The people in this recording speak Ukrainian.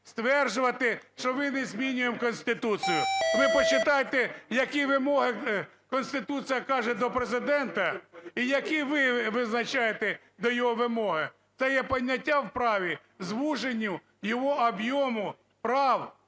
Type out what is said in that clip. стверджувати, що ми не змінюємо Конституцію. Ви почитайте, які вимоги Конституція каже до Президента, і які ви визначаєте до нього вимоги. Це є поняття в праві звуження його об'єму прав